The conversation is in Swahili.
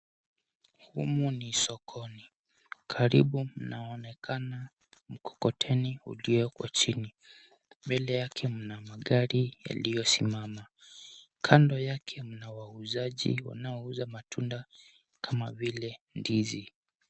Humu ni sokoni. Karibu mnaonekana mkokoteni ulioko chini. Mbele yake mna magari yaliyosimama. Kando yake mna wauzaji wanaouza matunda kama vile ndizi.